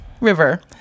River